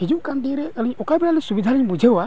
ᱦᱤᱡᱩᱜ ᱠᱟᱱ ᱫᱤᱱᱨᱮ ᱟᱞᱤᱧ ᱚᱠᱟ ᱵᱮᱲᱟᱨᱮ ᱥᱩᱵᱤᱫᱷᱟ ᱞᱤᱧ ᱵᱩᱡᱷᱟᱹᱣᱟ